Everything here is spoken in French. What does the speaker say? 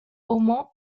oman